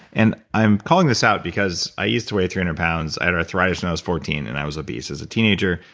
and i'm calling this out, because i used to weight three hundred pounds. i had arthritis when and i was fourteen. and i was obese as a teenager,